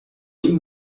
این